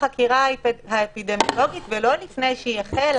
החקירה האפידמיולוגית ולא לפני שהיא החלה,